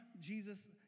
Jesus